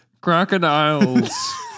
Crocodiles